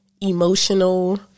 emotional